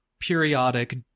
periodic